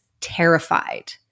terrified